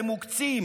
למוקצים.